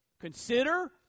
Consider